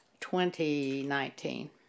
2019